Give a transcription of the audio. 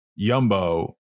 yumbo